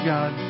God